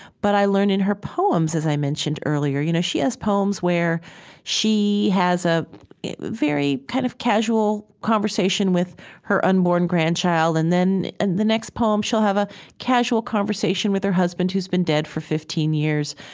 but i learned in her poems, as i mentioned earlier, you know, she has poems where she has a very kind of casual conversation with her unborn grandchild. and then and the next poem, she'll have a casual conversation with her husband who's been dead for fifteen years.